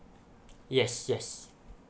yes yes